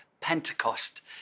Pentecost